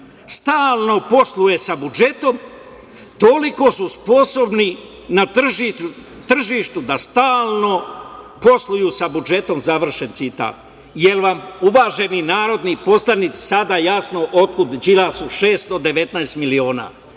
stalno posluje sa budžetom, toliko su sposobni na tržištu da stalno posluju sa budžetom, završen citat. Da li vam uvaženi narodni poslanici sada jasno otkuda Đilasu 619 miliona